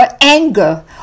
anger